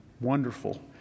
wonderful